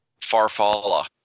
Farfalla